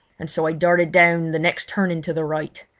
and so i darted down the next turning to the right.